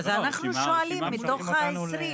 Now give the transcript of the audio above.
אז אנחנו שואלים מתוך העשרים,